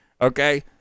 Okay